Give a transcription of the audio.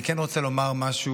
אני כן רוצה לומר משהו,